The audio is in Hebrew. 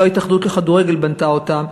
לא ההתאחדות לכדורגל בנתה אותם,